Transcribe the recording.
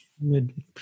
mid